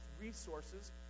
resources